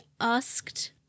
asked